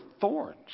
thorns